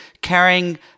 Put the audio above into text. carrying